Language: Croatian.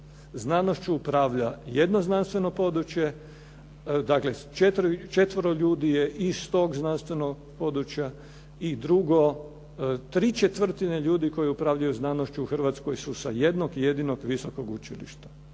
Znanošću upravlja jedno znanstveno područje. Dakle, četvero ljudi je iz tog znanstvenog područja. I drugo, tri četvrtine ljudi koji upravljaju znanošću u Hrvatskoj su sa jednog jedinog visokog učilišta